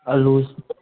ꯑꯂꯨ